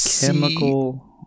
chemical